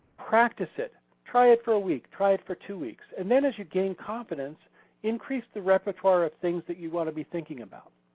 practice it, try it for a week, try it for two weeks, and then as you gain confidence increase the repertoire of things that you want to be thinking about.